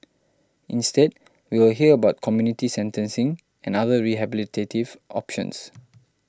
instead we will hear about community sentencing and other rehabilitative options